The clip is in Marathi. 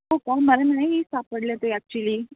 हो का मला नाही सापडलं ते ॲक्च्युली